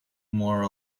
more